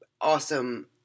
awesome